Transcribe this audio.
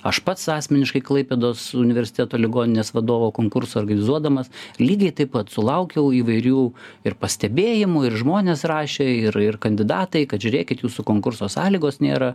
aš pats asmeniškai klaipėdos universiteto ligoninės vadovo konkursą organizuodamas lygiai taip pat sulaukiau įvairių ir pastebėjimų ir žmonės rašė ir ir kandidatai kad žiūrėkit jūsų konkurso sąlygos nėra